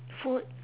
food